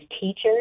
teachers